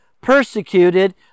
persecuted